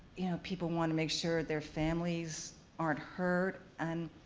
you know, people want to make sure their families aren't hurt. and